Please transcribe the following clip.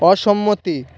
অসম্মতি